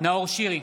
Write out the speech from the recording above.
נאור שירי,